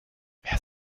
wer